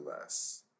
less